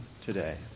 today